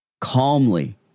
calmly